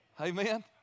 Amen